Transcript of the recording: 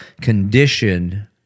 condition